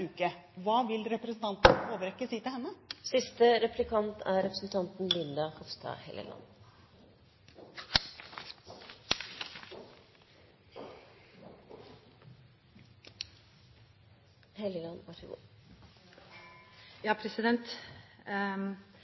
uke. Hva vil representanten Håbrekke si til henne? Det er